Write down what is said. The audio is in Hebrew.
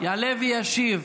יעלה וישיב